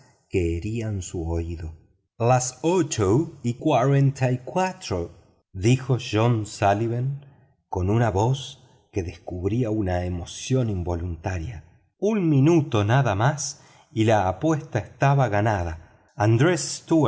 herían su oído las ocho y cuarenta y cuatro dijo john suilivan con una voz que descubría una emoción involuntaria un minuto nada más y la apuesta estaba ganada andrés